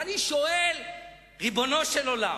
ואני שואל: ריבונו של עולם,